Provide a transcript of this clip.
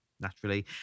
naturally